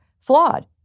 flawed